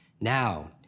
Now